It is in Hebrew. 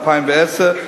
התש"ע 2010,